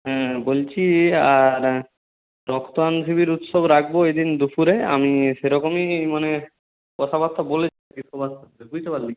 হ্যাঁ বলছি আর রক্তদান শিবির উৎসব রাখব এইদিন দুপুরে আমি সেরকমই মানে কথাবার্তা বলেছি সবার সাথে বুঝতে পারলে